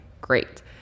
great